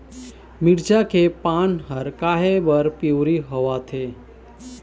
मिरचा के पान हर काहे बर पिवरी होवथे?